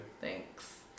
thanks